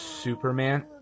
Superman